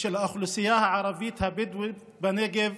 של האוכלוסייה הערבית הבדואית בנגב